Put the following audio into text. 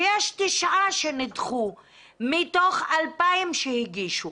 שיש תשעה שנדחו מתוך 2,000 שהגישו